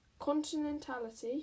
continentality